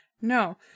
No